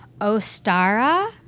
Ostara